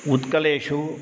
उत्कलेषु